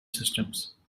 systems